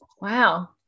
Wow